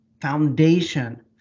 foundation